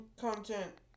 content